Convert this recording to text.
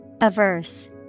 Averse